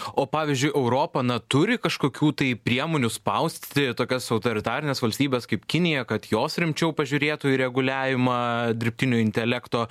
o pavyzdžiui europa na turi kažkokių tai priemonių spausti tokias autoritarines valstybes kaip kinija kad jos rimčiau pažiūrėtų į reguliavimą dirbtinio intelekto